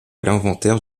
l’inventaire